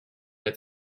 that